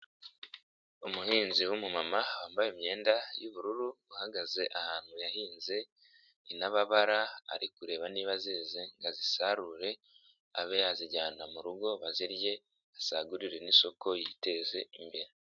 Umuhinzi w'umumama wambaye imyenda y'ubururu, uhagaze ahantu yahinze intabarara, ari kureba niba zeze ngo azisarure, abe yazijyana mu rugo bazirye, asagurire n'isoko yiteze imbere.